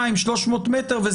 כי